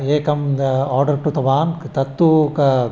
एकं दा आर्डर् कृतवान् तत्तु क